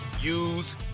use